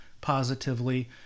positively